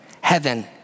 Heaven